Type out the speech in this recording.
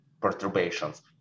perturbations